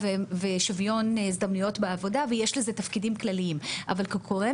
ושוויון הזדמנויות בעבודה ויש לזה תפקידים כללים אבל כגורם